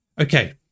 Okay